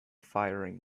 firing